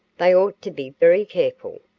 they ought to be very careful.